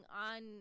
on